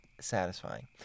satisfying